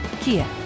Kia